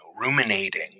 ruminating